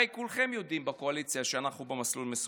הרי כולכם בקואליציה יודעים שאנחנו במסלול מסוכן.